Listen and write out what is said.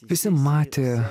visi matė